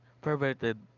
perverted